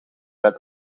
bed